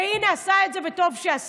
והינה, עשה את זה, וטוב שעשה.